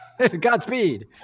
Godspeed